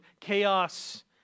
chaos